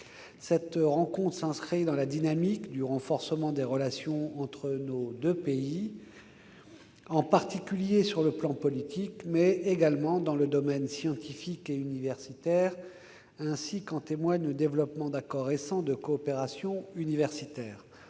Cette rencontre s'inscrit dans la dynamique du renforcement des relations entre nos deux pays, en particulier sur le plan politique, mais également dans le domaine scientifique et universitaire, ainsi qu'en témoigne le développement d'accords récents de coopération universitaire.